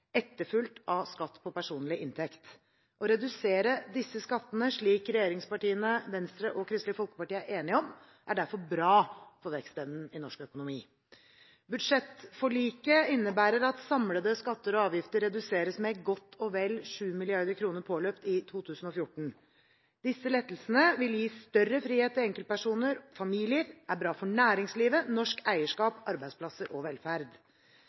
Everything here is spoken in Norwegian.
etterfulgt av skatt på personlig inntekt. Å redusere disse skattene, slik regjeringspartiene, Venstre og Kristelig Folkeparti er enige om, er derfor bra for vekstevnen i norsk økonomi. Budsjettforliket innebærer at samlede skatter og avgifter reduseres med godt og vel 7 mrd. kr påløpt i 2014. Disse lettelsene vil gi større frihet til enkeltpersoner, familier, er bra for næringslivet, norsk eierskap, arbeidsplasser og velferd.